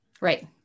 right